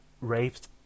raped